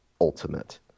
ultimate